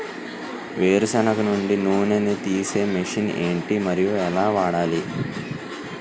వేరు సెనగ నుండి నూనె నీ తీసే మెషిన్ ఏంటి? మరియు ఎలా వాడాలి?